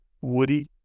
woody